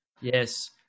Yes